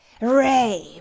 rape